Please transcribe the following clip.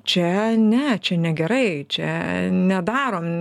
čia ne čia negerai čia nedarom